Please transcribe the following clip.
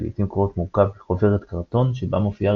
שלעיתים קרובות מורכב מחוברת קרטון שבה מופיעה